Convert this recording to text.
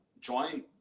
join